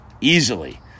easily